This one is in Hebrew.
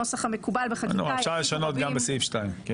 "לא יתרים עובד מדינה כל כספים ולא יגבה